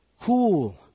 cool